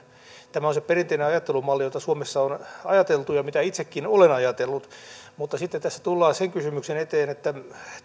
tämä on se perinteinen ajattelumalli jolla tavoin suomessa on ajateltu ja miten itsekin olen ajatellut mutta sitten tässä tullaan sen kysymyksen eteen että